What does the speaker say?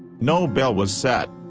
no bail was set.